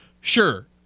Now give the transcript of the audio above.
sure